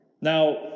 Now